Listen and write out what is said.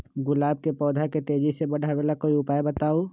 गुलाब के पौधा के तेजी से बढ़ावे ला कोई उपाये बताउ?